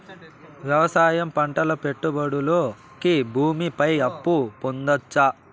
వ్యవసాయం పంటల పెట్టుబడులు కి భూమి పైన అప్పు పొందొచ్చా?